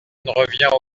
revient